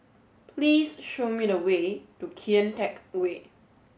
please show me the way to Kian Teck Way